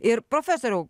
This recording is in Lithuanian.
ir profesoriau